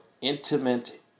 intimate